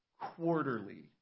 quarterly